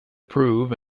prove